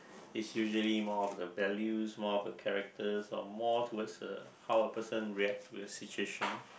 is usually more of the values more of the characters or more towards the how a person reacts to a situation